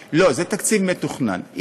לא, זה תקציב מתוכנן.